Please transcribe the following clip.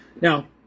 Now